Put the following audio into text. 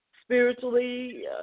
spiritually